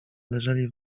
leżeli